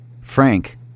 Frank